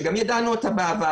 שגם ידענו אותה בעבר,